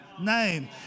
name